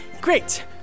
Great